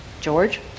George